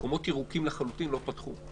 מקומות ירוקים לחלוטין לא פתחו.